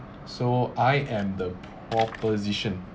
so I am the proposition